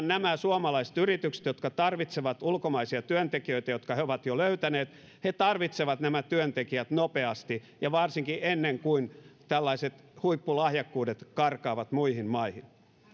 nämä suomalaiset yritykset jotka tarvitsevat ulkomaisia työntekijöitä jotka he ovat jo löytäneet he tarvitsevat nämä työntekijät nopeasti ja varsinkin ennen kuin tällaiset huippulahjakkuudet karkaavat muihin maihin